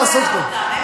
הם מקטרים,